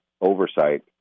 oversight